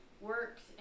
Works